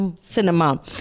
cinema